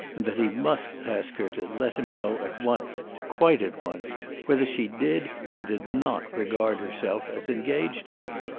and that he must ask her to let him know at once quite at once whether she did or did not regard herself as engaged to him.